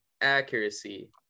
Accuracy